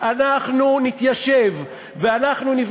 ואני רוצה